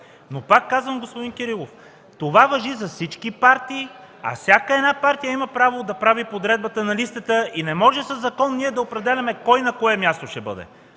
но пак казвам, господин Кирилов, че това важи за всички партии, а всяка една партия има право да прави подредбата на листата и не може със закон ние да определяме кой на кое място ще бъде.